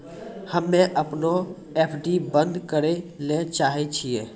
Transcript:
हम्मे अपनो एफ.डी बन्द करै ले चाहै छियै